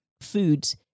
foods